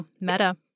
Meta